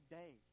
day